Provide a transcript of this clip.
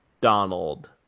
Donald